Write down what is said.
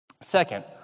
Second